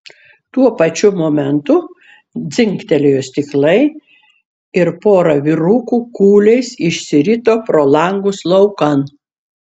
tuo pačiu momentu dzingtelėjo stiklai ir pora vyrukų kūliais išsirito pro langus laukan